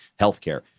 healthcare